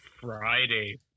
Friday